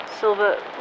Silva